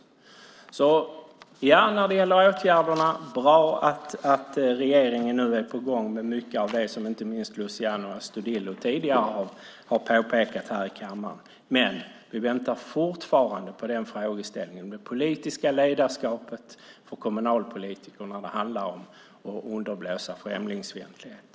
Jag säger alltså "ja" när det gäller åtgärderna - bra att regeringen nu är på gång med mycket av det som inte minst Luciano Astudillo tidigare har påpekat här i kammaren. Men vi väntar fortfarande på frågan om det politiska ledarskapet när det handlar om de kommunalpolitiker som underblåser främlingsfientlighet.